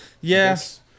Yes